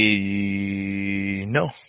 no